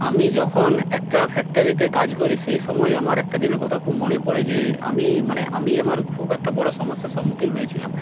আমি যখন একটা ফ্যাক্টারিতে কাজ করি সেই সময় আমার একটা দিনের কথা খুব মনে পড়ে যে আমি মানে আমি আমার খুব একটা বড়ো সমস্যার সন্মুখীন হয়েছিলাম